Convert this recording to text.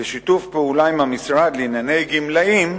שיתוף פעולה עם המשרד לענייני גמלאים